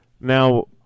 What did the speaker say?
now